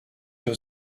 your